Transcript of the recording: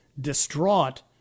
distraught